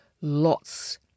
lots